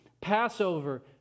Passover